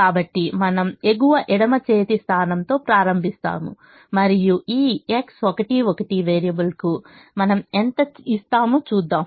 కాబట్టి మనము ఎగువ ఎడమ చేతి స్థానంతో ప్రారంభిస్తాము మరియు ఈ X11 వేరియబుల్కు మనం ఎంత ఇస్తామో చూద్దాం